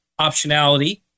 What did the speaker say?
optionality